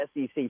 SEC